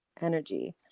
energy